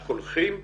והקולחין,